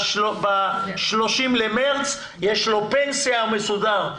ב-30 במארס, יש לו פנסיה והוא מסודר.